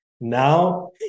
Now